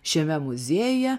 šiame muziejuje